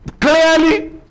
clearly